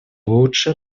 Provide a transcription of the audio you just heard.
лучше